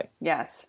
Yes